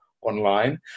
online